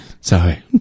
Sorry